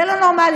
זה לא נורמלי.